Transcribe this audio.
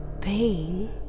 pain